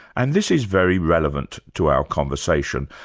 and this is very relevant to our conversation.